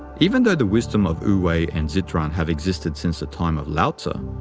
even though the wisdom of wu-wei and tzu-jan have existed since the time of lao-tzu,